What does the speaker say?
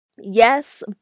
yes